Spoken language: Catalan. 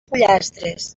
pollastres